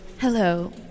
Hello